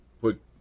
put